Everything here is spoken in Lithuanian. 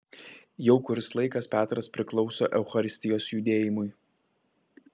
jau kuris laikas petras priklauso eucharistijos judėjimui